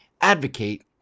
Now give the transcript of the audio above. advocate